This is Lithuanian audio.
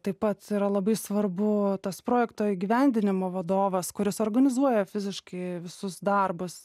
tai pat yra labai svarbu tas projekto įgyvendinimo vadovas kuris organizuoja fiziškai visus darbus